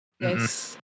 Yes